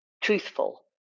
truthful